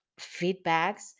feedbacks